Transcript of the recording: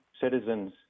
citizens